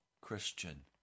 Christian